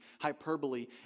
hyperbole